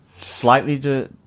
slightly